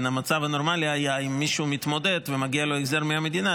המצב הנורמלי היה שאם מישהו מתמודד ומגיע לו החזר מהמדינה,